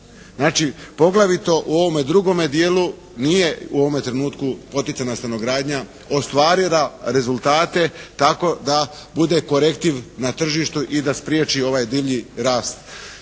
Znači, poglavito u ovome drugome dijelu nije u ovome trenutku poticajna stanogradnja ostvarila rezultate tako da bude korektiv na tržištu i da spriječi ovaj divlji rast